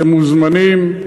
אתם מוזמנים.